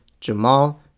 Jamal